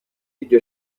iryo